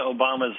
Obama's